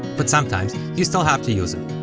but sometimes, you still have to use them.